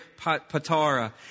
Patara